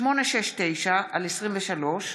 איסור החזרת